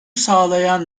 sağlayan